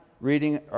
reading